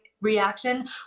reaction